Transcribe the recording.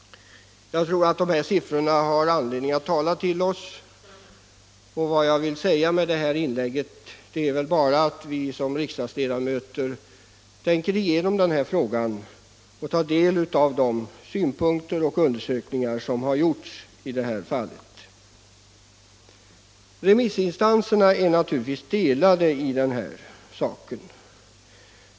Jag tror att dessa siffror talar för sig själva. Vad jag vill säga med detta inlägg är bara att vi som riksdagsledamöter måste tänka igenom denna fråga och ta del av de undersökningar som har gjorts. Remissinstanserna är naturligtvis delade i denna fråga.